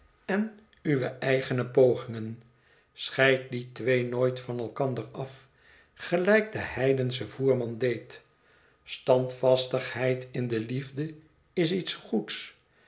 en uwe eigene pogingen scheid die twee nooit van elkander af gelijk de heidensche voerman deed standvastigheid in de liefde is iets goeds